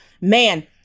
man